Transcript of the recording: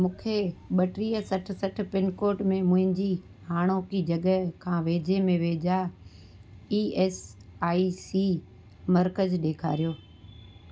मूंखे ॿटीह सठि सठि पिनकोड में मुंहिंजी हाणोकी जॻह खां वेझे में वेझा ई एस आई सी मर्कज़ ॾेखारियो